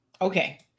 Okay